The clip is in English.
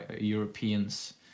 Europeans